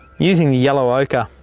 using the yellow ocher,